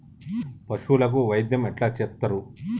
పశువులకు వైద్యం ఎట్లా చేత్తరు?